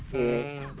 a